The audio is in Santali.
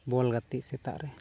ᱵᱚᱞ ᱜᱟᱛᱮᱜ ᱥᱮᱛᱟᱜ ᱨᱮ